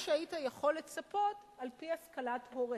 שהיית יכול לצפות על-פי השכלת הוריהם.